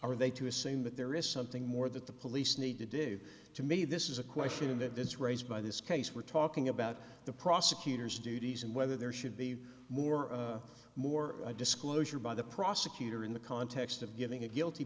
are they to assume that there is something more that the police need to do to me this is a question of events raised by this case we're talking about the prosecutor's duties and whether there should be more or more disclosure by the prosecutor in the context of giving a guilty